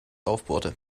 aufbohrte